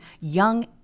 young